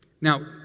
Now